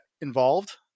involved